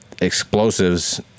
explosives